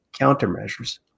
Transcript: countermeasures